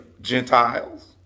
Gentiles